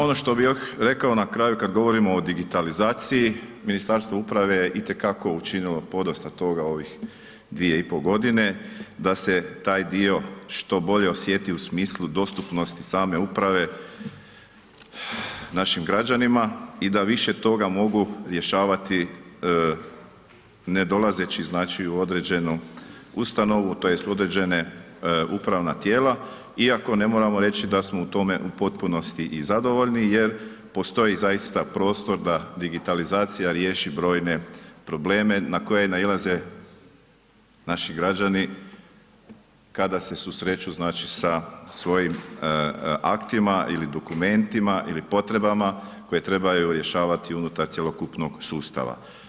Ono što bih još rekao na kraju kad govorimo o digitalizaciji Ministarstvo uprave je i te kako učinilo podosta toga u ovih 2,5 godine da se taj dio što bolje osjeti u smislu dostupnosti same uprave našim građanima i da više toga mogu rješavati ne dolazeći znači u određenu ustanovu, tj. određena upravna tijela iako ne moramo reći da smo u tome u potpunosti i zadovoljni jer postoji zaista prostor da digitalizacija riješi brojne probleme na koje nailaze naši građani kada se susreću znači sa svojim aktima ili dokumentima ili potrebama koje trebaju rješavati unutar cjelokupnog sustava.